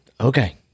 Okay